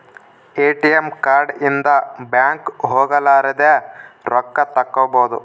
ATM card ಇಂದ bank ಹೋಗಲಾರದ ರೊಕ್ಕ ತಕ್ಕ್ಕೊಬೊದು